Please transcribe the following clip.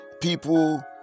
people